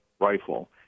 rifle